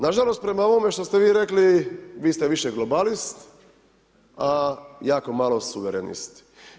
Nažalost prema ovome što ste vi rekli, vi ste više globalist, a jako malo suverenist.